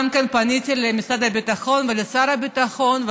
פניתי גם למשרד הביטחון ולשר הביטחון,